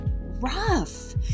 rough